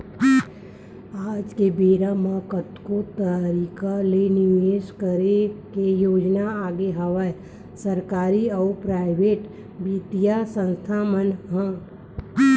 आज के बेरा म कतको तरिका ले निवेस करे के योजना आगे हवय सरकारी अउ पराइेवट बित्तीय संस्था मन म